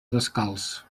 descalç